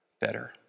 better